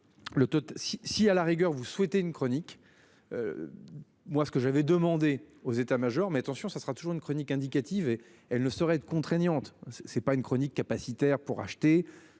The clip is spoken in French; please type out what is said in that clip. si à la rigueur vous souhaiter une chronique. Moi ce que j'avais demandé aux états majors, mais attention ça sera toujours une chronique indicatives et elle ne saurait être contraignante. C'est pas une chronique capacitaire pour acheter.